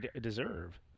deserve